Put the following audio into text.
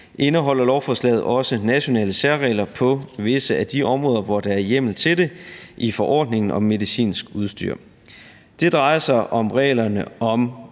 indeholder lovforslaget også nationale særregler på visse af de områder, hvor der er hjemmel til det i forordningen om medicinsk udstyr. Det drejer sig for det første om